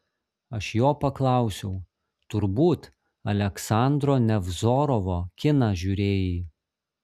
aš jo paklausiau turbūt aleksandro nevzorovo kiną žiūrėjai